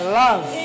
love